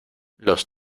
los